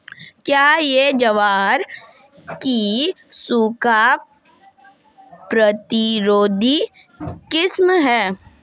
क्या यह ज्वार की सूखा प्रतिरोधी किस्म है?